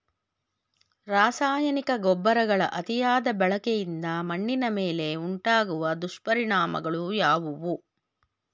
ರಾಸಾಯನಿಕ ಗೊಬ್ಬರಗಳ ಅತಿಯಾದ ಬಳಕೆಯಿಂದ ಮಣ್ಣಿನ ಮೇಲೆ ಉಂಟಾಗುವ ದುಷ್ಪರಿಣಾಮಗಳು ಯಾವುವು?